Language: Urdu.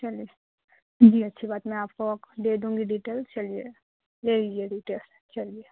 چلیے جی اچھی بات میں آپ کو دے دوں گی ڈیٹیل چلیے لے لیجئے ڈیٹیل چلیے